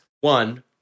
One